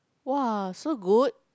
!wah! so good